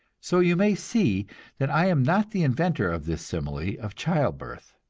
so you may see that i am not the inventor of this simile of child-birth.